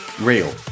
Real